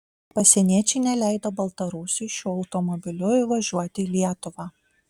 pasieniečiai neleido baltarusiui šiuo automobiliu įvažiuoti į lietuvą